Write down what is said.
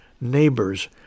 neighbors